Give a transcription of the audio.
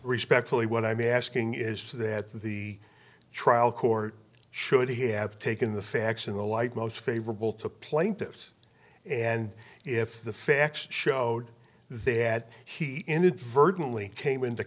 respectfully what i'm asking is that the trial court should he have taken the facts in the light most favorable to plaintiffs and if the facts showed that he inadvertently came into